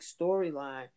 storyline